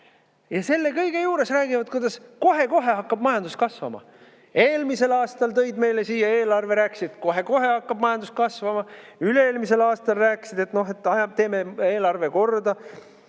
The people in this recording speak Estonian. Ja selle kõige juures nad räägivad, et kohe-kohe hakkab majandus kasvama. Eelmisel aastal tõid nad meile siia eelarve ja rääkisid, et kohe-kohe hakkab majandus kasvama, üle-eelmisel aastal nad rääkisid, et noh, teeme eelarve korda.